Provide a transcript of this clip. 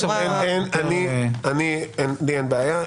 לי אין בעיה.